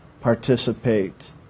participate